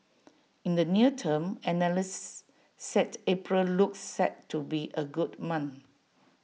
in the near term analysts said April looks set to be A good month